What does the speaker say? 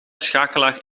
schakelaar